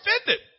offended